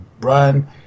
run